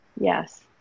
yes